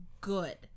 good